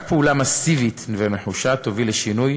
רק פעולה מסיבית ונחושה תוביל לשינוי